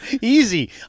Easy